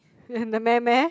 and the meh meh